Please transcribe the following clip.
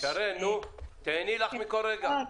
בבקשה, שרן, תיהני לך מכל רגע.